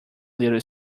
little